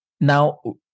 Now